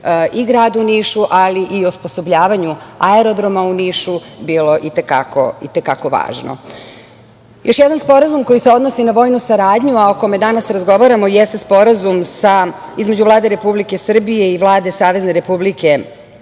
i gradu Nišu, ali i osposobljavanja aerodroma u Nišu bilo i te kako važno. Još jedan sporazum koji se odnosi na vojnu saradnju, a o kome danas razgovaramo jeste Sporazum između Vlade Republike Srbije i Vlade Savezne Republike